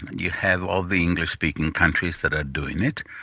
you have all the english-speaking countries that are doing it,